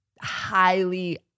highly